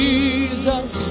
Jesus